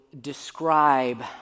describe